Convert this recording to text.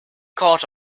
caught